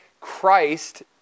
Christ